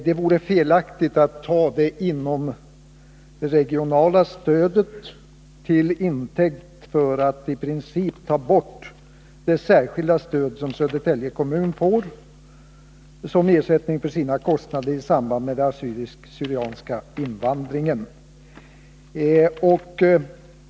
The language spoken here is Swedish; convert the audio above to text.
Det vore felaktigt att ta det inomregionala stödet till intäkt för att i princip ta bort det särskilda stödet som Södertälje kommun får som ersättning för sina kostnader i samband med den assyrisk-syrianska invandringen.